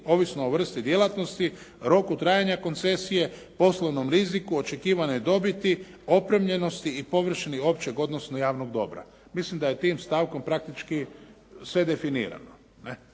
ovisno o vrsti djelatnosti, roku trajanja koncesije, poslovnom riziku, očekivane dobiti, opremljenosti i površini općeg, odnosno javnog dobra. Mislim da je tim stavkom praktički sve definirano,